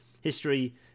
History